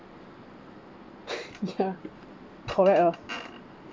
ya correct lor